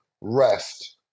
rest